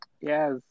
Yes